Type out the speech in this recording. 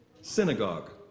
synagogue